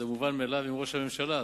עם ראש הממשלה.